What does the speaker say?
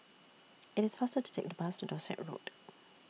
IT IS faster to Take The Bus to Dorset Road